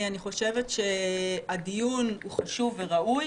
אני חושבת שהדיון חשוב וראוי.